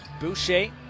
Boucher